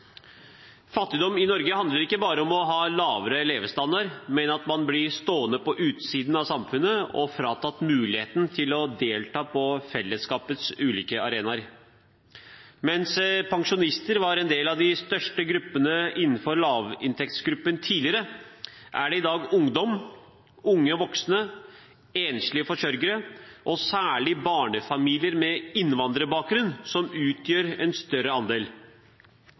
Fattigdom i Norge handler ikke bare om å ha lavere levestandard, men at man blir stående på utsiden av samfunnet og fratatt muligheten til å delta på fellesskapets ulike arenaer. Mens pensjonister var en av de største lavinntektsgruppene tidligere, utgjør i dag ungdom, unge voksne, enslige forsørgere og særlig barnefamilier med innvandrerbakgrunn en større andel.